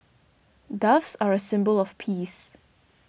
doves are a symbol of peace